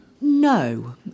No